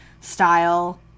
style